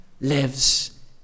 lives